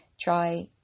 try